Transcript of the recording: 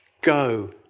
Go